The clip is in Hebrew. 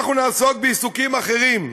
אנחנו נעסוק בעיסוקים אחרים.